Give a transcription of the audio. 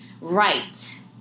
right